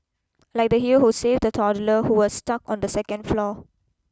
like the hero who saved a toddler who was stuck on the second floor